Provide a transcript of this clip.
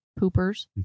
Poopers